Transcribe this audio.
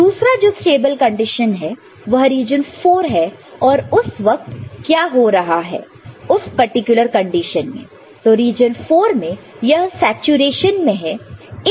दूसरा जो stable condition है वह रीजन IV है और उस वक्त क्या हो रहा है उस पर्टिकुलर कंडीशन में तो रिजन IV में यह सैचुरेशन में है